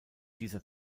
dieser